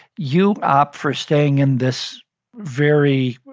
you opt for staying in this very